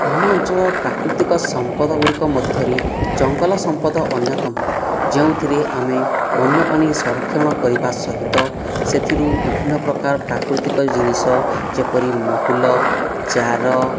ଆମ ଅଞ୍ଚଳର ପ୍ରାକୃତିକ ସମ୍ପଦଗୁଡ଼ିକ ମଧ୍ୟରେ ଜଙ୍ଗଲସମ୍ପଦ ଅନ୍ୟତମ ଯେଉଁଥିରେ ଆମେ ବନ୍ୟପ୍ରାଣୀ ସଂରକ୍ଷଣ କରିବା ସହିତ ସେଥିରୁ ବିଭିନ୍ନ ପ୍ରକାର ପ୍ରାକୃତିକ ଜିନିଷ ଯେପରି ମହୁଲ ଚାର